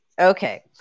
Okay